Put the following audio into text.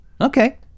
Okay